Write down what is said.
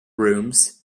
rooms